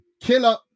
killer